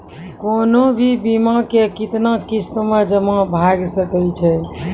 कोनो भी बीमा के कितना किस्त मे जमा भाय सके छै?